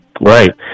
Right